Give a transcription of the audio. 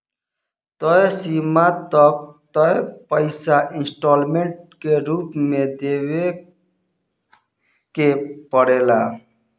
तय समय सीमा तक तय पइसा इंस्टॉलमेंट के रूप में देवे के पड़ेला